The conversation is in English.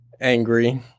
angry